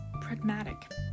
pragmatic